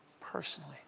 personally